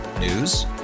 News